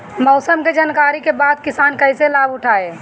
मौसम के जानकरी के बाद किसान कैसे लाभ उठाएं?